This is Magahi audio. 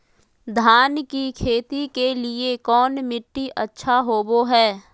धान की खेती के लिए कौन मिट्टी अच्छा होबो है?